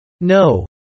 No